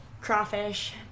Crawfish